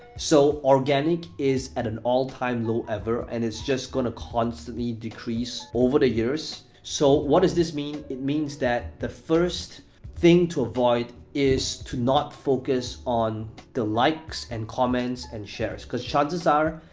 so, organic is at an all-time low ever, and it's just gonna constantly decrease over the years. so, what does this mean? it means that the first thing to avoid is to not focus on the likes and comments and shares cause chances are,